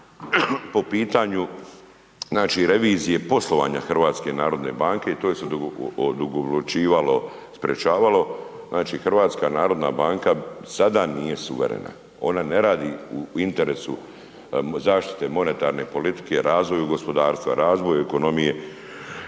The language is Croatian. po pitanju znači revizije poslovanja HNB-a i to se odugovlačilo, sprječavalo. Znači HNB sada nije suverena, ona ne radi u interesu zaštite monetarne politike, razvoju gospodarstva, razvoju ekonomije,